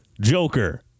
Joker